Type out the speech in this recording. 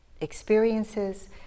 experiences